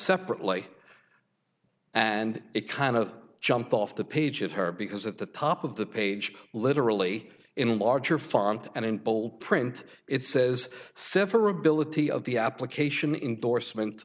separately and it kind of jumped off the page of her because at the top of the page literally in a larger font and in bold print it says severability of the application indorsement